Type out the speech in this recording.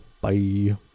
Bye